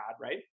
right